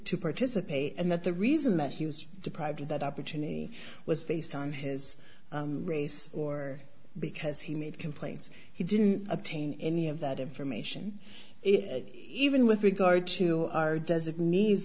to participate and that the reason that he was deprived of that opportunity was based on his race or because he made complaints he didn't obtain any of that information even with regard to our designee